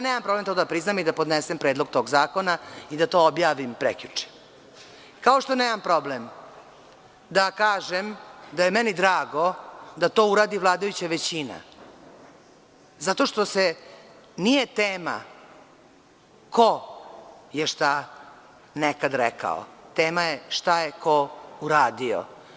Nemam problem da to priznam i da podnesem predlog tog zakona i da to prekjuče objavim, kao što nemam problem da kažem da mi je drago da to uradi vladajuća većina zato što nije tema ko je šta nekada reka, tema je šta je ko uradio.